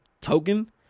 token